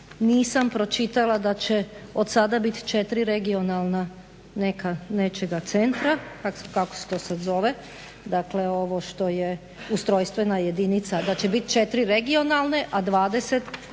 nisam pročitala da će od sada biti 4 regionalna neka, nečega centra, kako se to sada zove, dakle ovo što je ustrojstvena jedinica, da će bit 4 regionalne, a 20